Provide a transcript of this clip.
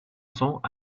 cents